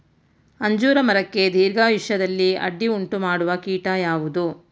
ಅಂಜೂರ ಮರಕ್ಕೆ ದೀರ್ಘಾಯುಷ್ಯದಲ್ಲಿ ಅಡ್ಡಿ ಉಂಟು ಮಾಡುವ ಕೀಟ ಯಾವುದು?